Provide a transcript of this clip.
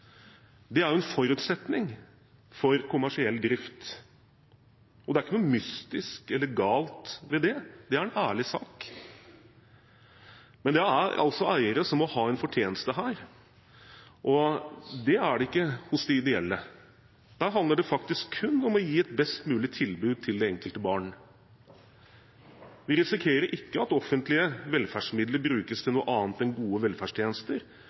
Det er en forutsetning for kommersiell drift. Det er ikke noe mystisk eller galt ved det, det er en ærlig sak, men dette er altså eiere som må ha en fortjeneste. Slik er det ikke hos de ideelle. Der handler det kun om å gi et best mulig tilbud til det enkelte barn. Vi risikerer ikke at offentlige velferdsmidler brukes til noe annet enn gode velferdstjenester